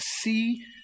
see